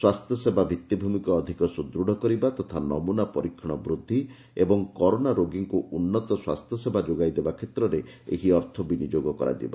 ସ୍ୱାସ୍ଥ୍ୟସେବା ଭିଉିଭୂମିକୁ ଅଧିକ ସୁଦୂଢ଼ କରିବା ତଥା ନମୁନା ପରୀକ୍ଷଣ ବୃଦ୍ଧି ଏବଂ କରୋନା ରୋଗୀଙ୍କୁ ଉନ୍ନତ ସ୍ୱାସ୍ଥ୍ୟସେବା ଯୋଗାଇବା କ୍ଷେତ୍ରରେ ଏହି ଅର୍ଥ ବିନିଯୋଗ କରାଯିବ